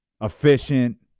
efficient